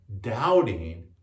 doubting